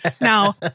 now